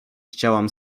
chciałam